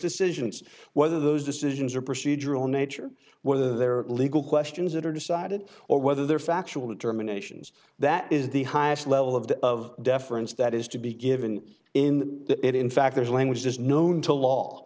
decisions whether those decisions are procedural nature whether they're legal questions that are decided or whether they're factual determinations that is the highest level of that of deference that is to be given in it in fact there's language is known to law